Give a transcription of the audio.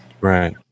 right